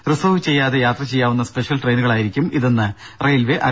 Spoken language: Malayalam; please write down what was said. റിസർവ് ചെയ്യാതെ യാത്ര ചെയ്യാവുന്ന സ്പെഷ്യൽ ട്രെയിനുകളായിരിക്കും ഇതെന്ന് റെയിൽവെ അറിയിച്ചു